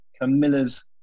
Camilla's